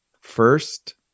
First